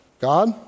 God